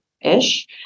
Ish